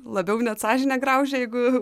labiau net sąžinė graužia jeigu